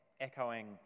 echoing